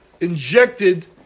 injected